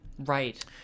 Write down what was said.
Right